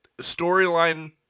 Storyline